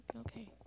okay